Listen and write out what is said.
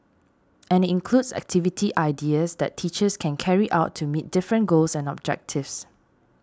and includes activity ideas that teachers can carry out to meet different goals and objectives